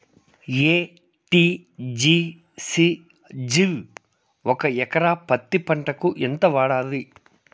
ఎ.టి.జి.సి జిల్ ఒక ఎకరా పత్తి పంటకు ఎంత వాడాలి?